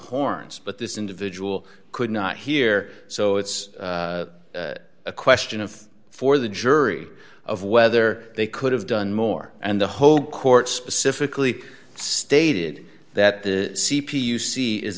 horns but this individual could not hear so it's a question of for the jury of whether they could have done more and the whole court specifically stated that the c p you see is